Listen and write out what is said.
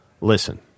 listen